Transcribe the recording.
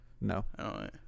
No